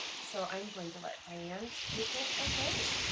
so i'm going to let diane take it away.